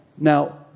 Now